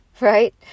right